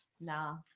No